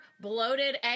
bloated